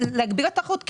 להגדיל את התחרות,